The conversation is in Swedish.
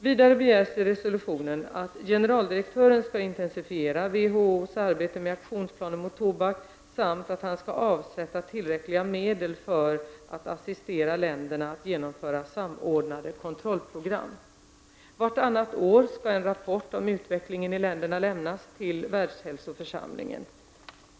Vidare begärs i resolutionen att generaldirektören skall intensifiera WHOSs arbete med aktionsplanen mot tobak samt att han skall avsätta tillräckliga medel för att assistera länderna att genomföra samordnade kontrollprogram. Vartannat år skall en rapport om utvecklingen i länderna lämnas till Världshälsoförsamlingen.